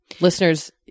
Listeners